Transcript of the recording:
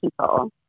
people